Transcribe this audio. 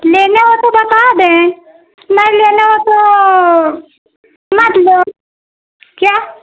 लेना हो तो बता दें नहीं लेना हो तो मत लो क्या